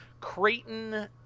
Creighton